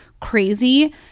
crazy